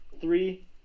three